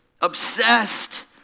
obsessed